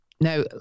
Now